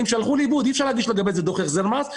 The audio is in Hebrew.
שהלכו לאיבוד ואי אפשר להגיש לגביהם דוח החזר מס.